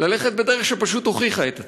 ללכת בדרך שפשוט הוכיחה את עצמה.